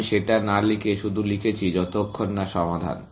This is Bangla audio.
আমি সেটা না লিখে শুধু লিখেছি যতক্ষণ না সমাধান